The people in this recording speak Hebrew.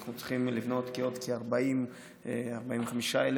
אנחנו צריכים לבנות עוד כ-40,000 45,000